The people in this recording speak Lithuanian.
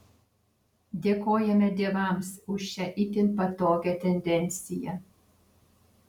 dėkojame dievams už šią itin patogią tendenciją